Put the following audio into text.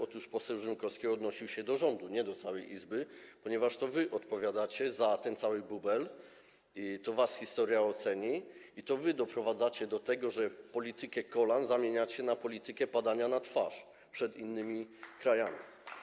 Otóż poseł Rzymkowski odnosił się do rządu, nie do całej Izby, ponieważ to wy odpowiadacie za ten cały bubel, to was historia oceni i to wy doprowadzacie do tego, że politykę wstawania z kolan zamieniacie na politykę padania na twarz przed innymi krajami.